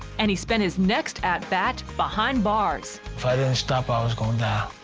and he spent his next at bat behind bars. if i didn't stop, i was going down.